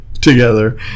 together